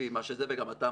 וגם אתה,